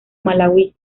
malawi